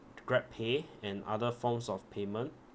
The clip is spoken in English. GrabPay and other forms of payment